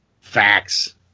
facts